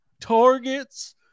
targets